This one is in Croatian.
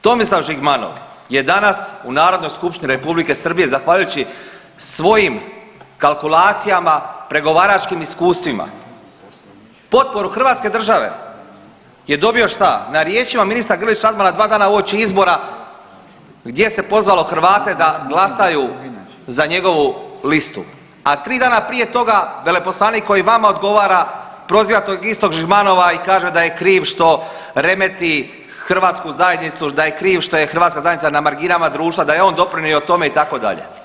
Tomislav Žigmanov je danas u Narodnoj skupštini R. Srbije zahvaljujući svojim kalkulacijama, pregovaračkim iskustvima, potporu hrvatske države je dobio šta, na riječima ministra Grlić Radmana 2 dana uoči izbora gdje se pozvalo Hrvate da glasaju za njegovu listu, a 3 dana prije toga veleposlanik koji vama odgovara proziva tog istog Žigmanova i kaže da je kriv što remeti hrvatsku zajednicu, da je kriv što je hrvatska zajednica na marginama društva, da je on doprinio tome, itd.